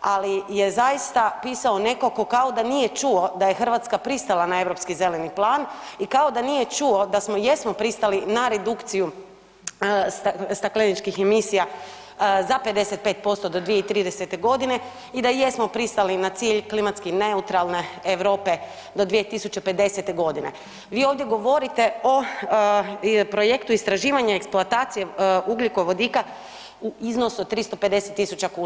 ali je zaista pisao netko tko kao da nije čuo da je Hrvatska pristala na Europski zeleni plan i kao da nije čuo smo, jesmo pristali na redukciju stakleničkih emisija za 55% do 2030. g. i da jesmo pristali na cilj klimatski neutralne Europe do 2050. g. Vi ovdje govorite o projektu istraživanja i eksploatacije ugljikovodika u iznosu od 350 tisuća kuna.